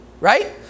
Right